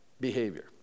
behavior